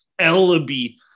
Ellaby